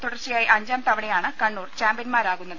തുടർച്ചയായി അഞ്ചാം തവണയാണ് കണ്ണൂർ ചാമ്പ്യൻമാരാ കുന്നത്